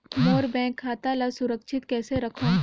मोर bank खाता ला सुरक्षित कइसे रखव?